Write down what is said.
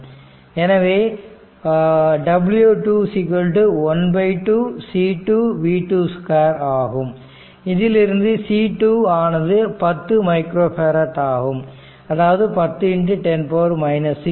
எனவே w2 12 c 2 v 2 2 ஆகும் இதில் c2 ஆனது 10 மைக்ரோ பேரட் ஆகும் அதாவது 1010 6 ஆகும்